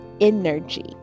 energy